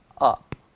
up